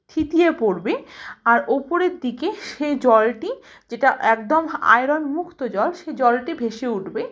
থিতিয়ে পড়বে আর ওপরের দিকে সে জলটি যেটা একদম আয়রন মুক্ত জল সে জলটি ভেসে উঠবে